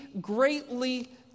greatly